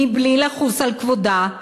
בלי לחוס על כבודה,